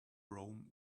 rome